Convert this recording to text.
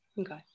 Okay